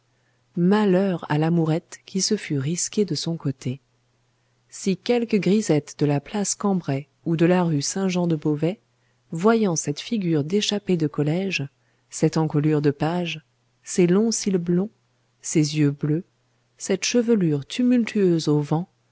malheur à l'amourette qui se fût risquée de son côté si quelque grisette de la place cambrai ou de la rue saint jean de beauvais voyant cette figure d'échappé de collège cette encolure de page ces longs cils blonds ces yeux bleus cette chevelure tumultueuse au vent